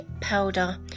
powder